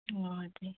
ਵਾਹ ਜੀ